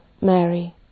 Mary